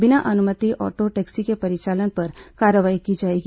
बिना अनुमति auto taxi के परिचालन पर कार्रवाई की जाएगी